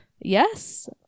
Yes